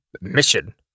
mission